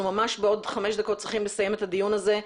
ממש בעוד חמש דקות צריכים לסיים את הדיון הזה.